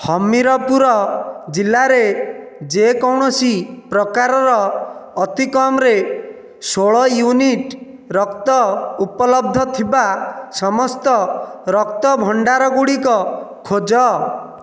ହମୀରପୁର ଜିଲ୍ଲାରେ ଯେ କୌଣସି ପ୍ରକାରର ଅତିକମ୍ରେ ଷୋହଳ ୟୁନିଟ୍ ରକ୍ତ ଉପଲବ୍ଧ ଥିବା ସମସ୍ତ ରକ୍ତ ଭଣ୍ଡାର ଗୁଡ଼ିକ ଖୋଜ